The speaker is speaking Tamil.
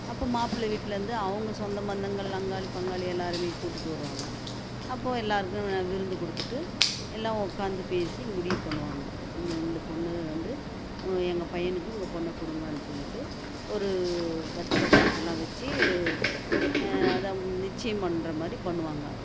அப்போ மாப்பிள்ளை வீட்டுலேருந்து அவங்க சொந்த பந்தங்கள் அங்காளி பங்காளி எல்லோருமே கூட்டுட்டு வருவாங்க அப்போது எல்லோருக்கும் விருந்து கொடுத்துட்டு எல்லாம் உக்காந்து பேசி முடிவு பண்ணுவாங்க இந்த இந்த பொண்ணு வந்து எங்கள் பையனுக்கு உங்கள் பொண்ணை கொடுங்கன்னு சொல்லிட்டு ஒரு வெற்றில பாக்கெல்லாம் வைச்சி அதான் நிச்சயம் பண்ணுற மாதிரி பண்ணுவாங்க